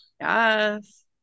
Yes